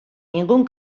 ningún